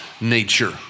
nature